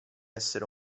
essere